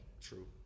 True